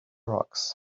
rocks